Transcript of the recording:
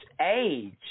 age